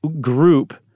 Group